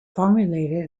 formulated